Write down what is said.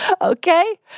Okay